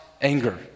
anger